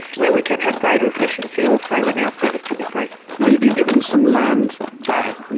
where we can have greater efficiency also in our service delivery. you know you've been given some land back,